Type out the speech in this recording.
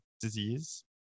disease